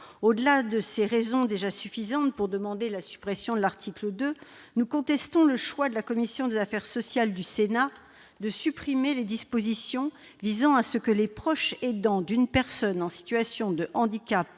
Au-delà de ces raisons déjà suffisantes pour demander la suppression de l'article 2, nous contestons le choix de la commission des affaires sociales du Sénat de supprimer les dispositions visant à ce que les proches aidants d'une personne en situation de handicap